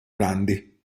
grandi